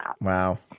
Wow